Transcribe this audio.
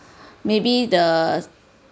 maybe the